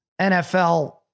NFL